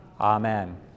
Amen